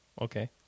Okay